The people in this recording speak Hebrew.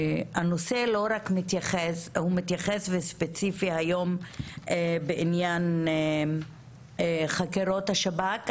שהנושא מתייחס ספציפית היום בעניין חקירות השב"כ,